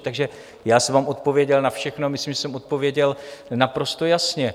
Takže já jsem vám odpověděl na všechno a myslím, že jsem odpověděl naprosto jasně.